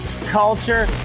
culture